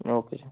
okay sir